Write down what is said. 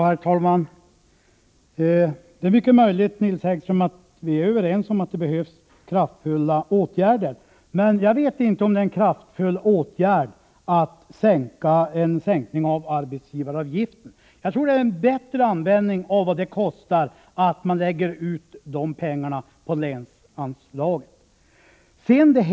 Herr talman! Det är mycket möjligt att vi är överens om att det behövs kraftfulla åtgärder, Nils Häggström. Men jag vet inte om det är en kraftfull åtgärd att sänka arbetsgivaravgiften. Jag tror det är en bättre användning av de pengarna att lägga ut dem på länsanslaget.